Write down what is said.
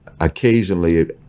Occasionally